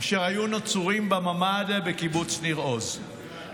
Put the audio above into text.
שהיו נצורים בממ"ד בקיבוץ ניר עוז,